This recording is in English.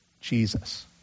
Jesus